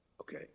Okay